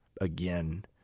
again